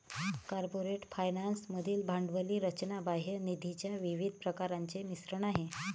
corporate finance मधील भांडवली रचना बाह्य निधीच्या विविध प्रकारांचे मिश्रण आहे